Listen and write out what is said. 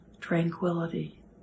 tranquility